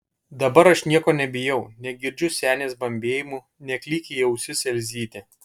dabar aš nieko nebijau negirdžiu senės bambėjimų neklykia į ausis elzytė